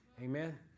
Amen